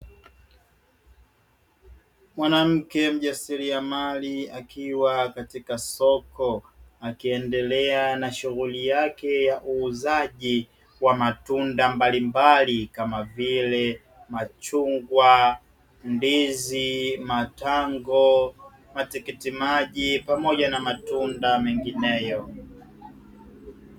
Mwanamke mjasiriamali akiwa katika soko akiendelea na shughuli yake ya uuzaji wa matunda mbalimbali kama vile machungwa, ndizi, matango, matikitimaji pamoja na matunda mengineyo.